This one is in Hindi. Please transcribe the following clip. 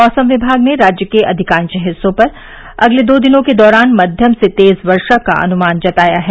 मौसम विभाग ने राज्य के अधिकांश स्थानों पर अगले दो दिनों के दौरान मध्यम से तेज वर्षा का अनुमान जताया है